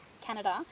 Canada